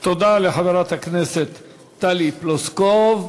תודה לחברת הכנסת טלי פלוסקוב.